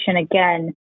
again